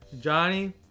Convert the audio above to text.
Johnny